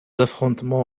affrontement